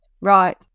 Right